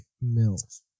Mills